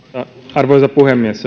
arvoisa puhemies